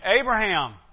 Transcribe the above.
Abraham